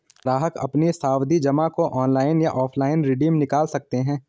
ग्राहक अपनी सावधि जमा को ऑनलाइन या ऑफलाइन रिडीम निकाल सकते है